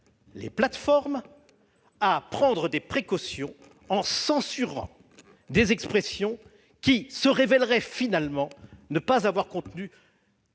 les plateformes à prendre des précautions en censurant des expressions qui s'avéreraient finalement ne pas avoir de contenu